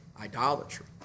idolatry